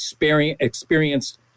experienced